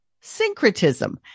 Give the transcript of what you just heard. syncretism